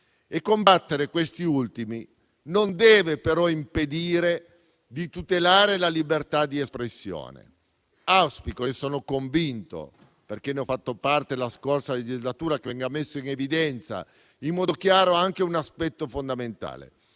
combattere questi ultimi non deve, però, impedire di tutelare la libertà di espressione. Auspico - ne sono convinto, perché ho fatto parte della Commissione nella scorsa legislatura - che venga messo in evidenza in modo chiaro anche un aspetto fondamentale: